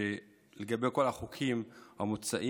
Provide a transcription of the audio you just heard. בדיונים על כל החוקים המוצעים,